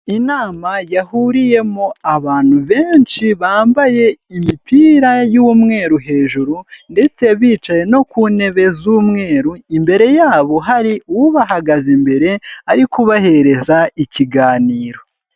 Inama yahuriyemo abantu benshi bambaye imipira y'umweru hejuru ndetse bicaye no ku ntebe z'umweru, imbere yabo hari ubahagaze imbere ari bahereza ikiganiro.